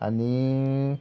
आनी